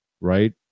right